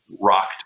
rocked